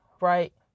right